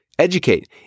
Educate